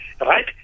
right